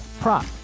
prop